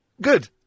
Good